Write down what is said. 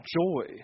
joy